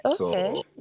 Okay